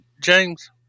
James